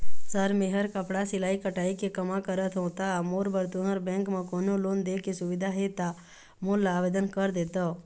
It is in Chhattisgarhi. सर मेहर कपड़ा सिलाई कटाई के कमा करत हों ता मोर बर तुंहर बैंक म कोन्हों लोन दे के सुविधा हे ता मोर ला आवेदन कर देतव?